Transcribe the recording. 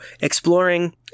exploring